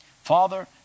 Father